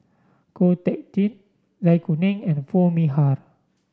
Ko Teck Kin Zai Kuning and Foo Mee Har